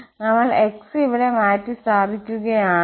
നമ്മൾ x ഇവിടെ മാറ്റിസ്ഥാപിക്കുകയാണെങ്കിൽ